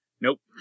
nope